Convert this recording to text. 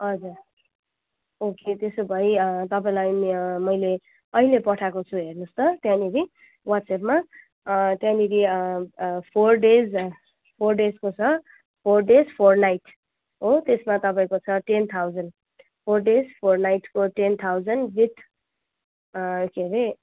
हजुर ओके त्यसो भए तपाईँलाई मैले अहिले पठाएको छु हेर्नु होस् त त्यहाँनेरि वाट्सएपमा त्यहाँ त्यहाँनेरि फोर डेज फोर डेजको छ फोर डेज फोर नाइट हो त्यसमा तपाईँको छ ten thousand four days four नाइटको टेन थाउजन्ड विथ के अरे